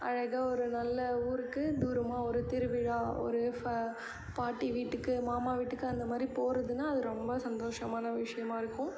அழகாக ஒரு நல்ல ஊருக்கு தூரமாக ஒரு திருவிழா ஒரு ஃப பாட்டி வீட்டுக்கு மாமா வீட்டுக்கு அந்த மாதிரி போகிறதுன்னா அது ரொம்ப சந்தோஷமான விஷயமாக இருக்கும்